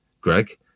Greg